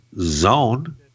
zone